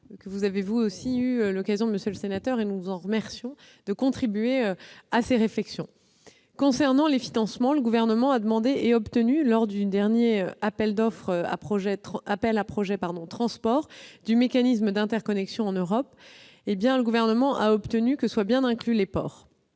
vous avez eu l'occasion de contribuer à ces réflexions. Concernant les financements, le Gouvernement a demandé et obtenu, lors du dernier appel à projets « transport » du mécanisme d'interconnexion en Europe, que soient bien inclus les ports.